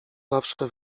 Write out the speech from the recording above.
zawsze